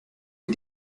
wir